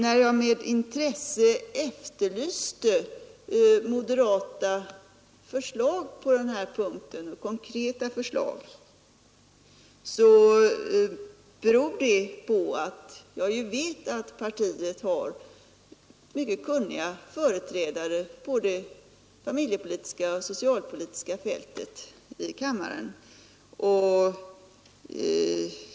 När jag med intresse efterlyste moderata konkreta förslag på den här punkten, så berodde det på att jag vet att partiet i kammaren har företrädare som är mycket kunniga på det familjepolitiska och socialpolitiska fältet.